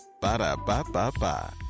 Ba-da-ba-ba-ba